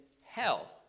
hell